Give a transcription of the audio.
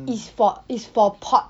is for is for port